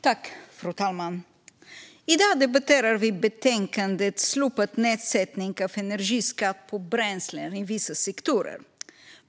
Fru talman! I dag debatterar vi betänkandet Slopad nedsättning av energiskatt på bränslen i vissa sektorer .